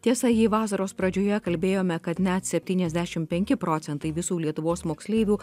tiesa jei vasaros pradžioje kalbėjome kad net septyniasdešim penki procentai visų lietuvos moksleivių